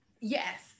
yes